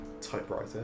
Typewriter